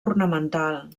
ornamental